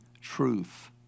truth